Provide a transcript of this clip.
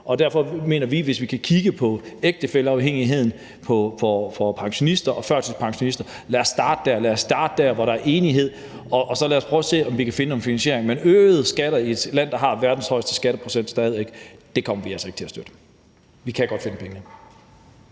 Derfor mener vi, at hvis vi kan kigge på ægtefælleafhængigheden for folkepensionister og førtidspensionister, så lad os starte der. Lad os starte der, hvor der er enighed, og lad os så prøve at se, om vi kan finde noget finansiering. Men øgede skatter i et land, der har verdens højeste skatteprocent, kommer vi altså ikke til at støtte. Vi kan godt finde pengene.